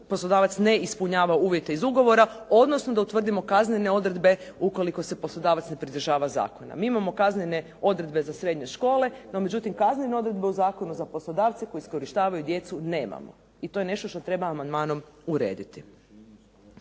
poslodavac ne ispunjava uvjete iz ugovora odnosno da utvrdimo kaznene odredbe ukoliko se poslodavac ne pridržava zakona. Mi imamo kaznene odredbe za srednje škole, no međutim kaznene odredbe u zakonu za poslodavce koji iskorištavaju djecu nemamo, i to je nešto što treba amandmanom urediti.